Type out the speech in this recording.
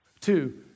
Two